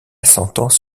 sentence